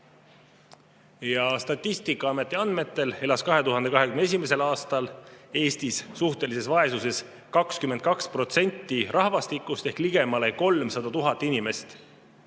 osa. Statistikaameti andmetel elas 2021. aastal Eestis suhtelises vaesuses 22% rahvastikust ehk ligemale 300 000 inimest.